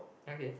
okay